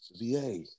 VA